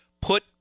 put